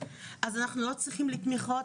אז אנחנו לא נצטרך תמיכות,